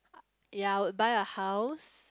ya I would buy a house